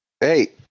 Hey